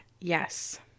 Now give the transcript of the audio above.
Yes